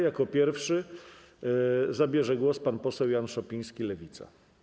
Jako pierwszy zabierze głos pan poseł Jan Szopiński, Lewica.